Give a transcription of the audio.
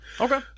Okay